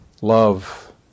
love